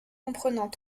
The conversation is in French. comprenant